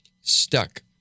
stuck